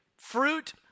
fruit